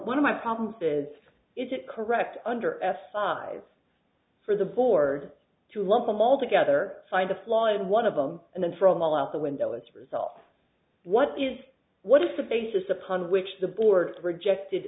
one of my problems is is it correct under arrest size for the board to lump them all together find a flaw in one of them and then from all out the window as a result what is what is the basis upon which the board rejected